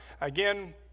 Again